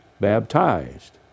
baptized